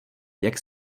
jak